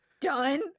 done